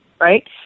Right